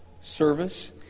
service